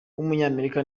w’umunyamerika